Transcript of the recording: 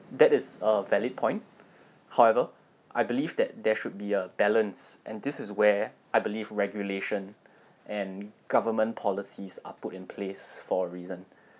that is a valid point however I believe that there should be a balance and this is where I believe regulation and government policies are put in place for a reason